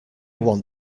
want